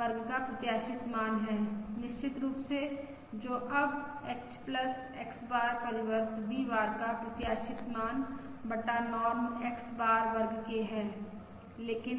वर्ग का प्रत्याशित मान है निश्चित रूप से जो अब H X बार परिवर्त V बार का प्रत्याशित मान बटा नॉर्म X बार वर्ग के बराबर है लेकिन